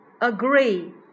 Agree